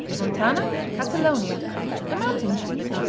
montana catalonia a mountain cheese.